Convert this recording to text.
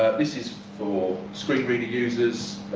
this is for screen reader users,